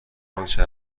آنچه